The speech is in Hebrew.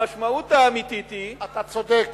המשמעות האמיתית היא, אתה צודק.